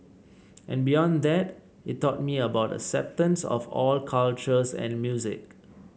and beyond that it taught me about acceptance of all cultures and music